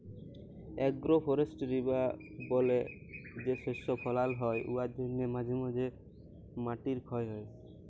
agro forestry বা বলে যে শস্য ফলাল হ্যয় উয়ার জ্যনহে মাঝে ম্যধে মাটির খ্যয় হ্যয়